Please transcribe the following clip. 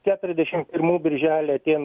keturiasdešim pirmų birželį atėjo